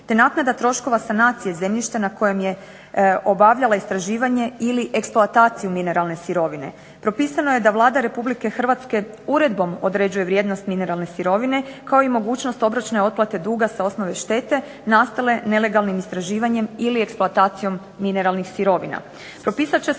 te naknada troškova sanacije zemljišta na kojem je obavljala istraživanje ili eksploataciju mineralne sirovine. Propisano je da Vlada Republike Hrvatske uredbom određuje vrijednost mineralne sirovine kao i mogućnost obročne otplate duga sa osnove štete nastale nelegalnim istraživanjem ili eksploatacijom mineralnih sirovina.